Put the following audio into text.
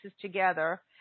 together